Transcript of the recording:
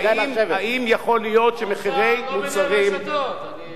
מה אתה אומר, אני אומר לציבור ואני